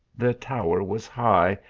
the tower was high,